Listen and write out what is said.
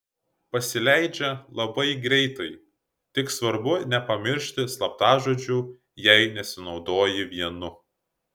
pasileidžia labai greitai tik svarbu nepamiršti slaptažodžių jei nesinaudoji vienu